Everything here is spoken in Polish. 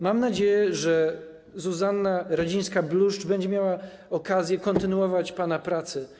Mam nadzieję, że Zuzanna Rudzińska-Bluszcz będzie miała okazję kontynuować pana pracę.